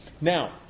now